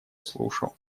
слушал